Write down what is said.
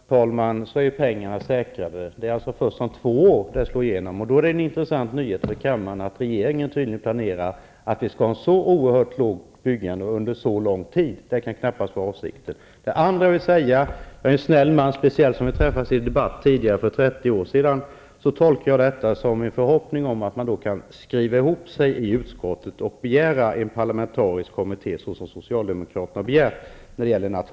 Herr talman! Inför nästa budgetår är pengarna säkrade. Det är alltså först om två år som detta slår igenom. Då blir det en intressant nyhet för kammaren att regeringen tydligen planerar för ett så oerhört lågt byggande under så lång tid. Det kan knappast vara avsikten. Eftersom jag är en snäll man -- speciellt som Lennart Fridén och jag möttes i en debatt för 30 år sedan -- tolkar jag detta som att man när det gäller en nationell kulturfond kan skriva ihop sig i utskottet och begära att det skall tillsättas en parlamentarisk kommitté såsom socialdemokraterna har begärt.